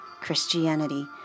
Christianity